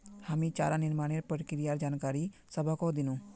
हामी चारा निर्माणेर प्रक्रियार जानकारी सबाहको दिनु